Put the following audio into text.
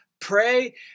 Pray